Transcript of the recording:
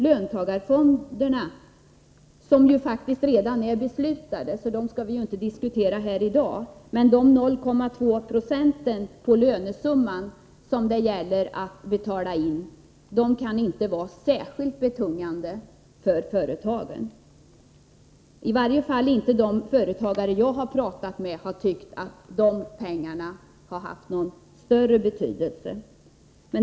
Löntagarfonderna är redan beslutade, så dem skall vi inte diskutera i dag, men jag vill säga att de 0,2 96 av lönesumman som företagen skall betala in inte kan vara särskilt betungande för dem. I varje fall har inte de företagare som jag pratat med tyckt att detta belopp haft någon större betydelse.